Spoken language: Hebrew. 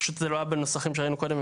פשוט זה לא היה בנוסחים שראינו קודם.